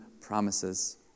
promises